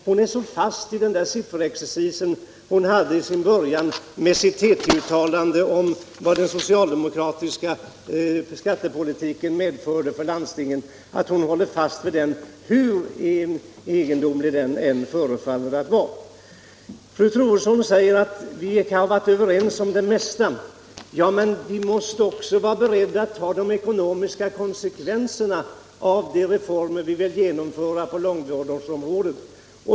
Hon är fast i den sifferexercis hon förde i början av sitt anförande och i detta TT-meddelande om skattepolitikens inverkan på landstingens ekonomi. Hon håller fast vid detta, hur egendomligt det än är. Fru Troedsson säger att vi har varit överens om det mesta. Men då måste vi ju även vara beredda att ta de ekonomiska konsekvenserna av de reformer vi vill genomföra på långvårdens område.